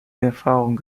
erfahrung